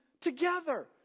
together